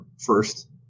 first